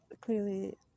clearly